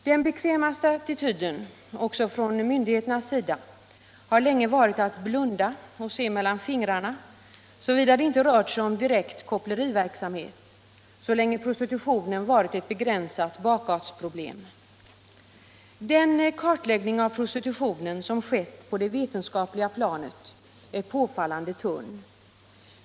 Den bekvämaste attityden också från myndigheternas sida har länge varit att blunda och se mellan fingrarna, såvida det inte rört sig om direkt koppleriverksamhet, så länge prostitutionen varit ett begränsat bakgatsproblem. Den kartläggning av prostitutionen som skett på det vetenskapliga planet är påfallande tunn.